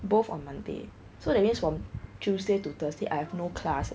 both on monday so that means from tuesday to thursday I have no class eh